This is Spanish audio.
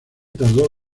tardó